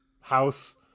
house